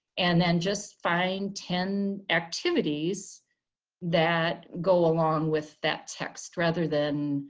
and then just find ten activities that go along with that text rather than